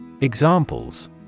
Examples